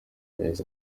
yahise